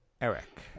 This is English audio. Eric